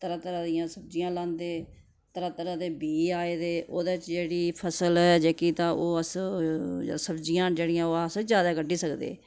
तरह् तरह् दियां सब्ज़ियां लांदे तरह् तरह् दे बीऽ आए दे ओह्दे च जेह्ड़ी फसल जेह्की तां ओह् अस सब्ज़ियां न जेह्ड़ियां ओह् अस ज्यादा कड्ढी सकदे